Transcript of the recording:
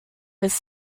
his